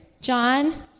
John